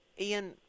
Ian